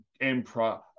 emperor